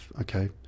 okay